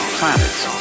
planets